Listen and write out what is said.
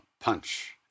punch